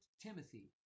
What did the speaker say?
Timothy